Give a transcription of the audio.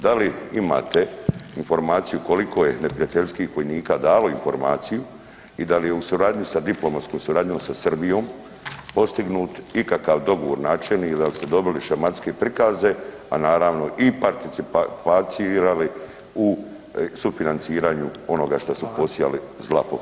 Da li imate informaciju koliko je neprijateljskih vojnika dalo informaciju i da li je u suradnji sa diplomatskom suradnjom sa Srbijom postignut ikakav dogovor načelni i da li ste dobili shematske prikaze, a naravno i participirali u sufinanciranju onoga šta su posijali zla [[Upadica: Hvala.]] po Hrvatskoj.